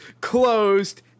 closed